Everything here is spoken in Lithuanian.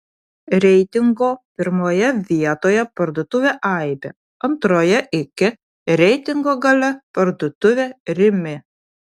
reitingo pirmoje vietoje parduotuvė aibė antroje iki reitingo gale parduotuvė rimi